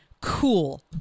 cool